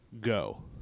go